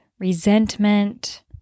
resentment